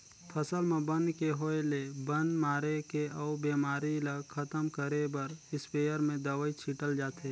फसल म बन के होय ले बन मारे के अउ बेमारी ल खतम करे बर इस्पेयर में दवई छिटल जाथे